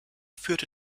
führte